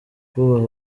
kubaha